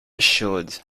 should